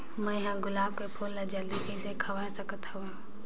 मैं ह गुलाब के फूल ला जल्दी कइसे खवाय सकथ हवे?